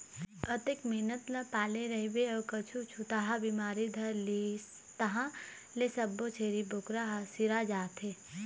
अतेक मेहनत ल पाले रहिबे अउ कहूँ छूतहा बिमारी धर लिस तहाँ ले सब्बो छेरी बोकरा ह सिरा जाथे